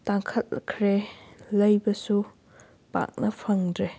ꯇꯥꯡꯈꯠꯂꯛꯈ꯭ꯔꯦ ꯂꯩꯕꯁꯨ ꯄꯥꯛꯅ ꯐꯪꯗ꯭ꯔꯦ